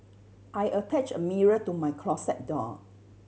I attached a mirror to my closet door